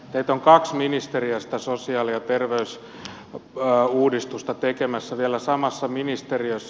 teitä on kaksi ministeriöstä sosiaali ja terveysuudistusta tekemässä vielä samassa ministeriössä